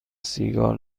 سیگار